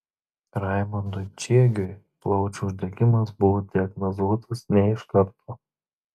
raimondui čiegiui plaučių uždegimas buvo diagnozuotas ne iš karto